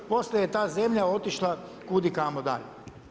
Poslije je ta zemlja otišla kud i kamo dalje.